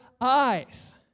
eyes